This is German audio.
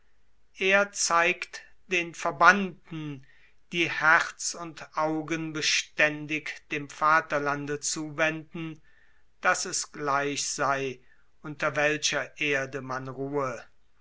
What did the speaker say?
er zeigt dem verbannten die herz und augen beständig dem vaterlande zuwenden daß es gleich sei unter welcher erde er ruhe